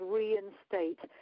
reinstate